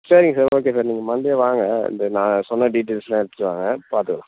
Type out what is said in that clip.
சரிங்க sir okay sir நீங்கள் Monday வாங்க இந்த நான் சொன்ன டீட்டெயில்ஸ்லாம் எடுத்துகிட்டு வாங்க பார்த்துக்கலாம்